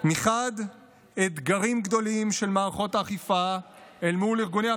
מחד גיסא אתגרים גדולים של מערכות האכיפה מול ארגוני הפשע,